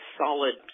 solid